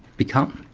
become